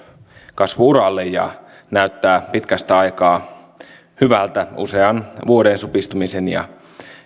kasvu uralle ja näyttää pitkästä aikaa hyvältä usean vuoden supistumisen ja